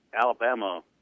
Alabama